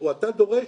או אתה דורש